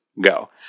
go